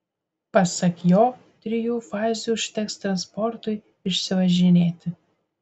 pasak jo trijų fazių užteks transportui išsivažinėti